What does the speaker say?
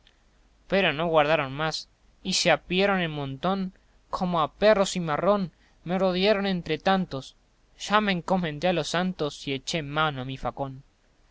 pero no aguardaron más y se apiaron en montón como a perro cimarrón me rodiaron entre tantos ya me encomendé a los santos y eché mano a mi facón